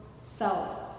self